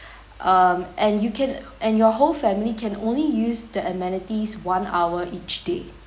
um and you can and your whole family can only use the amenities one hour each day